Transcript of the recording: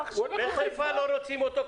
בחיפה לא רוצים אותו,